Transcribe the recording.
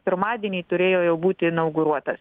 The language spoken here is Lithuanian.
pirmadienį turėjo jau būti inauguruotas